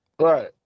Right